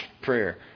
prayer